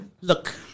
Look